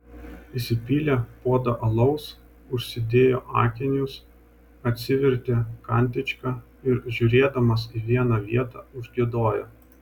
įsipylė puodą alaus užsidėjo akinius atsivertė kantičką ir žiūrėdamas į vieną vietą užgiedojo